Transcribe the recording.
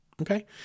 Okay